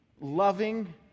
loving